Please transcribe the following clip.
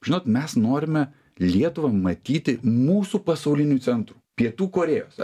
žinot mes norime lietuvą matyti mūsų pasauliniu centru pietų korėjos